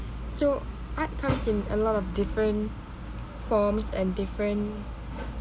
so art comes in a lot of different forms and different